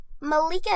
Malika